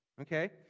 okay